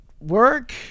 work